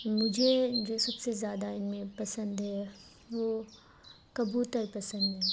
مجھے جوسب سے زیادہ ان میں پسند ہے وہ کبوتر پسند ہے